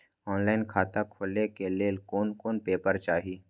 Online खाता खोले के लेल कोन कोन पेपर चाही?